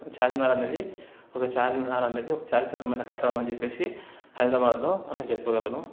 చార్మినార్ అనేది ఒక చార్మినార్ అన్నది ఒక చారిత్రాత్మకమైన కట్టడం అని చెప్పేసి హైదరాబాద్లో నేను చెప్పగలను